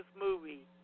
movie